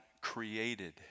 created